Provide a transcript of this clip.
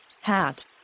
hat